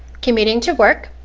commuting to work.